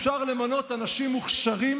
אפשר למנות אנשים מוכשרים,